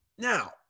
Now